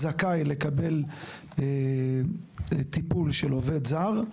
אתה זכאי לקבל טיפול של עובד זר,